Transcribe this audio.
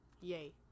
Yay